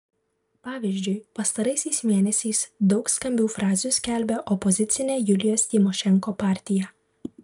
pavyzdžiui pastaraisiais mėnesiais daug skambių frazių skelbia opozicinė julijos tymošenko partija